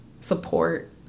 support